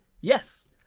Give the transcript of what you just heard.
yes